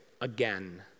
again